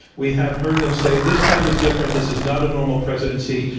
we have heard them say, this time is different. this is not a normal presidency.